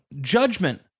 Judgment